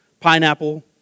pineapple